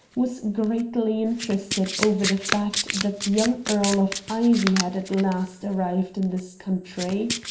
was greatly interested over the fact that the young earl of ivy had at last arrived in this country.